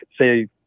say